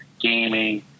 gaming